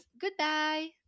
Goodbye